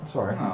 Sorry